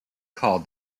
called